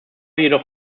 jedoch